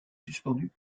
suspendues